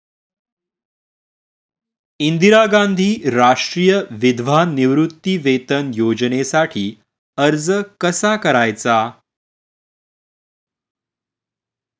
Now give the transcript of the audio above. इंदिरा गांधी राष्ट्रीय विधवा निवृत्तीवेतन योजनेसाठी अर्ज कसा करायचा?